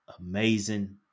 amazing